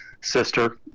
sister